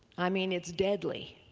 i mean, it's deadly.